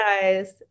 guys